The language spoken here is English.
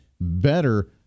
better